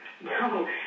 No